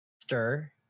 stir